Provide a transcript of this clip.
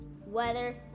weather